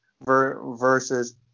versus